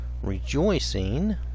rejoicing